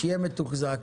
שיהיה מתוחזק,